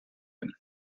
him